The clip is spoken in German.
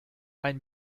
ein